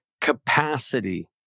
capacity